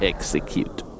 Execute